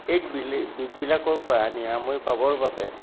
এই বিলি বিষবিলাকৰ পৰা নিৰাময় পাবৰ বাবে